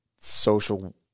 social